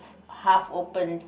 half opened